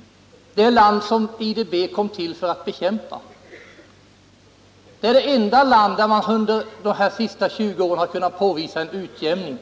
— det land IDB kom till för att bekämpa. Det är det enda land där man under de senaste 20 åren kunnat påvisa en utjämning.